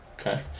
Okay